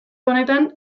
honetan